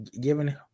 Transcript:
giving